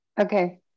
Okay